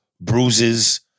bruises